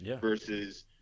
versus